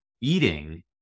Eating